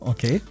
Okay